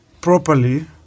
properly